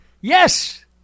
Yes